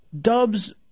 Dubs